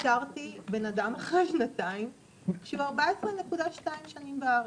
איתרתי בנאדם אחרי שנתיים שהוא 14.2 שנים בארץ.